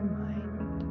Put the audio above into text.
mind